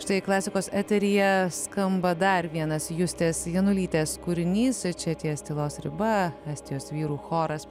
štai klasikos eteryje skamba dar vienas justės janulytės kūrinys čia ties tylos riba estijos vyrų choras